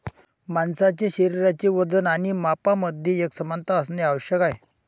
माणसाचे शरीराचे वजन आणि मापांमध्ये एकसमानता असणे आवश्यक आहे